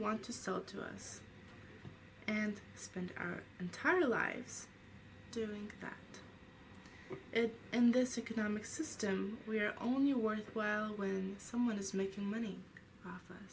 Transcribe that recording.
want to sell to us and spend our entire lives doing that and this economic system we're only worthwhile when someone is making money off of